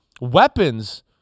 weapons